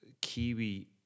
Kiwi